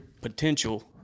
Potential